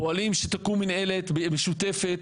פועלים שתקום מנהלת משותפת.